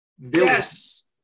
yes